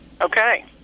Okay